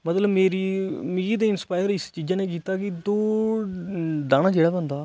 मतलब मेरी मिगी ते इंसपाइयर इस चीजे ने कीता कि दौड़न दा ना जेहड़ा बंदा